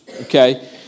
okay